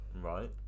Right